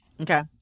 Okay